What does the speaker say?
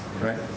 Right